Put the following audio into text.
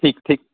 ਠੀਕ ਠੀਕ